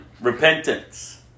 repentance